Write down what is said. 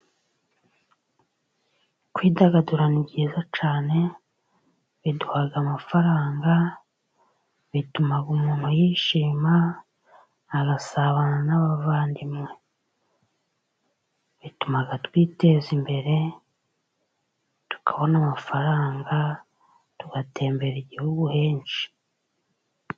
Kwidagadura ni byiza cyane, biduha amafaranga, bituma umuntu yishima arasabana n'abavandimwe, bituma twiteza imbere, tukabona amafaranga tugatembera igihugu henshi.